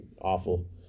awful